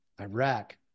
Iraq